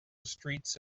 streets